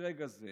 מרגע זה